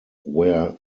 where